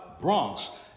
Bronx